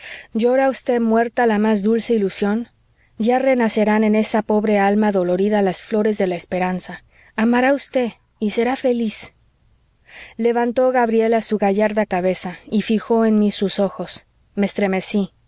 llora usted muerta la más dulce ilusión ya renacerán en esa pobre alma dolorida las flores de la esperanza amará usted y será feliz levantó gabriela su gallarda cabeza y fijó en mí sus ojos me estremecí